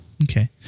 Okay